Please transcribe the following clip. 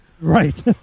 Right